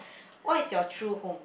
what is your true home